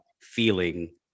Feeling